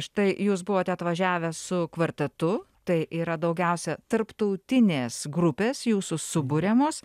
štai jūs buvote atvažiavęs su kvartetu tai yra daugiausia tarptautinės grupės jūsų suburiamos